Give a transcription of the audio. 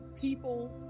people